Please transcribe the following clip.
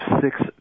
six